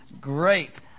great